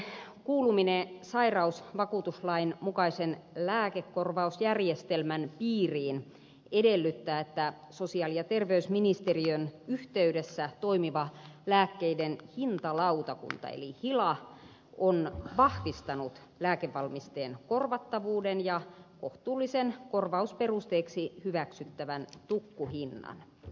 lääkevalmisteen kuuluminen sairausvakuutuslain mukaisen lääkekorvausjärjestelmän piiriin edellyttää että sosiaali ja terveysministeriön yhteydessä toimiva lääkkeiden hintalautakunta eli hila on vahvistanut lääkevalmisteen korvattavuuden ja kohtuullisen korvausperusteeksi hyväksyttävän tukkuhinnan